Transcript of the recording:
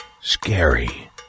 scary